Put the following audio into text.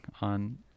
on